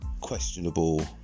questionable